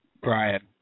Brian